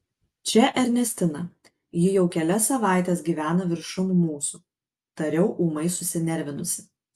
čia ernestina ji jau kelias savaites gyvena viršum mūsų tariau ūmai susinervinusi